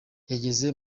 yageze